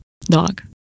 Dog